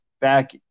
back